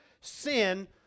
sin